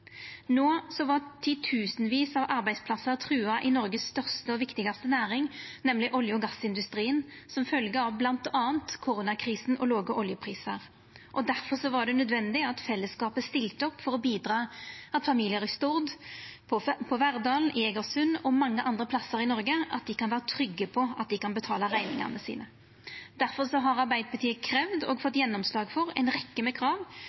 var titusenvis av arbeidsplassar trua i Noregs største og viktigaste næring, nemleg olje- og gassindustrien, som følgje av bl.a. koronakrisa og låge oljeprisar. Difor var det nødvendig at fellesskapet stilte opp for å bidra til at familiar i Stord, Verdal, Eigersund og mange andre plassar i Noreg kan vera trygge på at dei kan betala rekningane sine. Difor har Arbeidarpartiet kravd og fått gjennomslag for ei rekkje krav